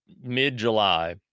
mid-July